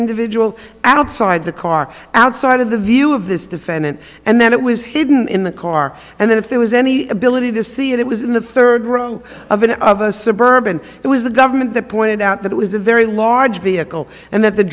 individual outside the car outside of the view of this defendant and then it was hidden in the car and then if there was any ability to see it it was in the third row of an of a suburban it was the government that pointed out that it was a very large vehicle and that th